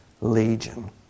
legion